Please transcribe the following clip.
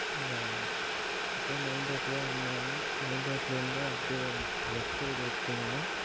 இங்கே அப்படியே மெயின் ரோட்டில் வந்திங்கன்னால் மெயின் ரோட்லேருந்து அப்படியே லெஃப்ட் சைடு எடுத்தீங்கன்னால்